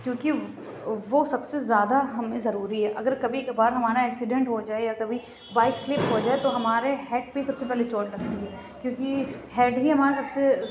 کیونکہ وہ سب سے زیادہ ہمیں ضروری ہے اگر کبھی کبھار ہمارا ایکسیلڈنٹ ہو جائے یا کبھی بائیک سلپ ہو جائے تو ہمارے ہیڈ پہ سب سے پہلے چوٹ لگتی ہے کیونکہ ہیڈ ہی ہمارا سب سے